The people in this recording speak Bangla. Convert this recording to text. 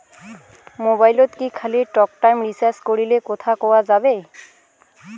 মোবাইলত কি খালি টকটাইম রিচার্জ করিলে কথা কয়া যাবে?